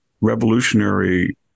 revolutionary